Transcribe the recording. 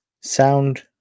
Sound